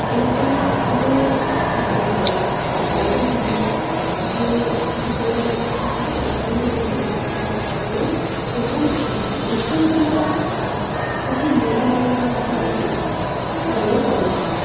ଏହିସବୁ ସୁସ୍ୱାଦୁ ଖାଦ୍ୟ ପାଇବା ପାଇଁକା ଆମେ ଏହିପରି ସ୍ଵତନ୍ତ୍ର ଉପାଦାନ ଗୁଡ଼ିକ ବ୍ୟବହାର କରୁ ଏବଂ ରୋଷେଇ କରିବାର କିଛି ନିୟମାବଳୀକୁ ମଧ୍ୟ ଆମେ ଫଲୋ କରିଥାଉ